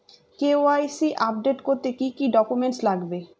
KYC update করতে কি কি ডকুমেন্টস লাগবে?